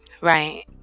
Right